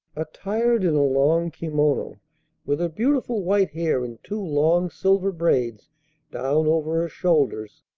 attired in a long kimono, with her beautiful white hair in two long silver braids down over her shoulders,